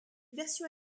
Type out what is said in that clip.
version